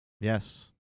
Yes